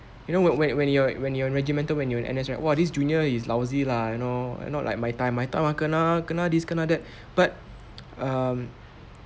you know when when you are when you're regimental when your in N_S right !wah! this junior is lousy lah you know not like my time my time ah kena this kena that but um